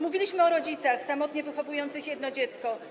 Mówiliśmy o rodzicach samotnie wychowujących jedno dziecko.